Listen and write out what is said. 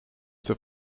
zur